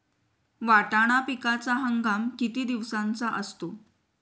वाटाणा पिकाचा हंगाम किती दिवसांचा असतो?